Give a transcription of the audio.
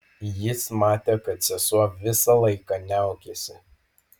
jis matė kad sesuo visą laiką niaukėsi